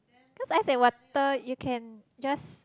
cause ice and water you can just